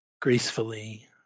gracefully